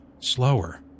Slower